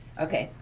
okay,